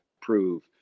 prove